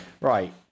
right